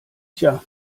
tja